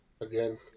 again